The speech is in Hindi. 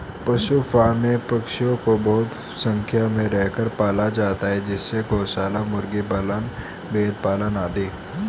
पशु फॉर्म में पशुओं को बहुत संख्या में रखकर पाला जाता है जैसे गौशाला, मुर्गी पालन, भेड़ पालन आदि